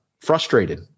frustrated